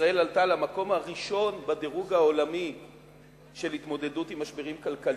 שישראל עלתה למקום הראשון בדירוג העולמי של התמודדות עם משברים כלכליים.